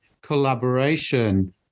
collaboration